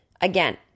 Again